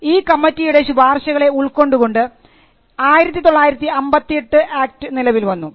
ഈ കമ്മിറ്റിയുടെ ശുപാർശകളെ ഉൾക്കൊണ്ടുകൊണ്ട് 1958 ആക്ട് നിലവിൽവന്നു